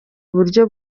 buryo